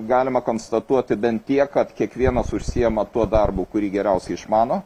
galima konstatuoti bent tiek kad kiekvienas užsiima tuo darbu kurį geriausiai išmano